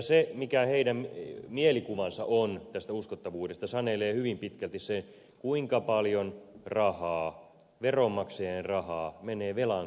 se mikä heidän mielikuvansa on tästä uskottavuudesta sanelee hyvin pitkälti sen kuinka paljon rahaa veronmaksajien rahaa menee velan korkoihin